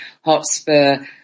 Hotspur